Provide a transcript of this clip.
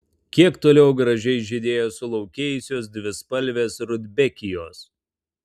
kiek toliau gražiai žydėjo sulaukėjusios dvispalvės rudbekijos